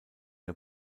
der